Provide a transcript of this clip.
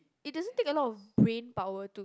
it doesn't take a lot of brain power to